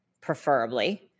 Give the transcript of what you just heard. preferably